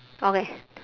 okay